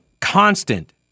constant